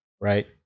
right